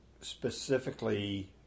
specifically